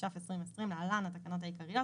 התש"ף-2020 (להלן התקנות העיקריות),